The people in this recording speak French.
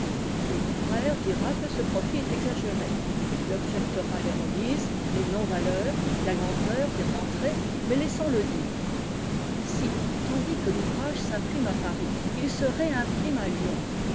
le libraire dira que ce profit est exagéré il objectera les remises les non valeurs la lenteur des rentrées mais laissons-le dire si tandis que l'ouvrage s'imprime à paris il se réimprime à lyon